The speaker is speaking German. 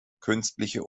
künstliche